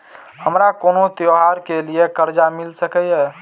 हमारा कोनो त्योहार के लिए कर्जा मिल सकीये?